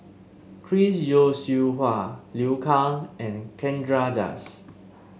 Chris Yeo Siew Hua Liu Kang and Chandra Das